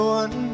one